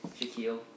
Shaquille